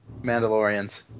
Mandalorians